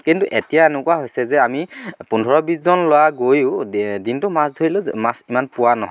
কিন্তু এতিয়া এনেকুৱা হৈছে যে আমি পোন্ধৰ বিছজন ল'ৰা গৈও দিনটো মাছ ধৰিলেও মাছ ইমান পোৱা নহয়